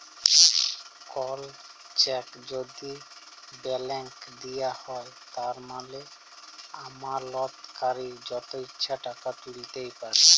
call cheque যদি blank দিঁয়া হ্যয় তার মালে আমালতকারি যত ইছা টাকা তুইলতে পারে